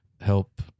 help